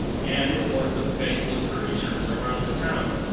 and reports of faceless creatures around the town.